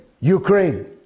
Ukraine